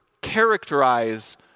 characterize